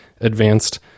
advanced